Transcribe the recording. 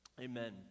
Amen